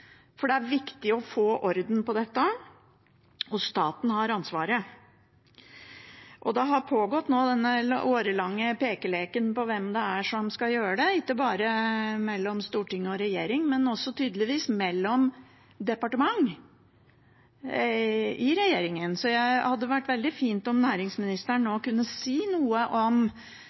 for det er viktig å få orden på dette, og staten har ansvaret. Denne årelange pekeleken om hvem det er som skal gjøre det, har pågått ikke bare mellom storting og regjering, men også tydeligvis mellom departement, i regjeringen. Så det hadde vært veldig fint om næringsministeren nå kunne si noe om